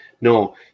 No